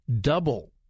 double